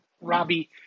Robbie